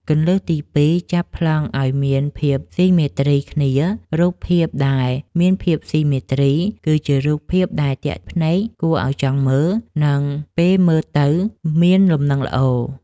គន្លឹះទី២ ចាប់ប្លង់ឱ្យមានភាពស៊ីមេទ្រីគ្នា រូបភាពដែលមានភាពស៊ីមេទ្រី គឺជារូបភាពដែលទាក់ភ្នែក គួរឱ្យចង់មើល និងពេលមើលទៅមានលំនឹងល្អ។